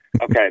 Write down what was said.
okay